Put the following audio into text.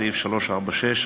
סעיף 346(א)(1).